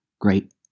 great